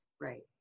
Right